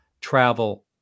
travel